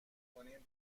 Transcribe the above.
کنیم